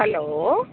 hello